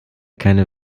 keine